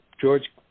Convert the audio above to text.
George